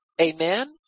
Amen